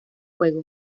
juego